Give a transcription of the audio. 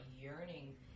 yearning